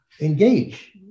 engage